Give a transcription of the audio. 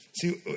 See